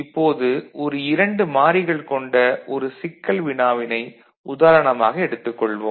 இப்போது ஒரு 2 மாறிகள் கொண்ட ஒரு சிக்கல் வினாவினை உதாரணமாக எடுத்துக் கொள்வோம்